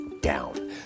down